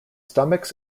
stomachs